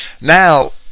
now